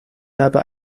dabei